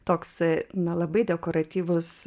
toksai nelabai dekoratyvus